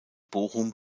bochum